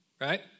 right